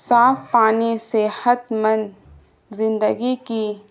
صاف پانی صحت مند زندگی کی